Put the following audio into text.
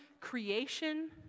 creation